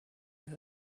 you